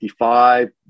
55